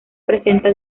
presenta